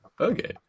Okay